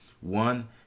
One